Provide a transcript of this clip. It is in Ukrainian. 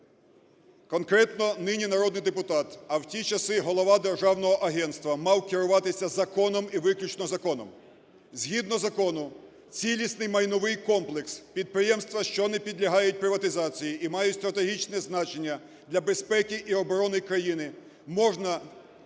Конкретно нині народний депутат, а в ті часи голова державного агентства, мав керуватися законом і виключно законом. Згідно закону цілісний майновий комплекс підприємства, що не підлягають приватизації і мають стратегічне значення для безпеки, і оборони країни, можна виводити